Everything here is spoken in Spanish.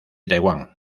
taiwán